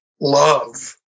love